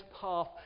path